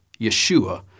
Yeshua